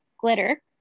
glitter